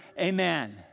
Amen